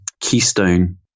keystone